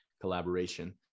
collaboration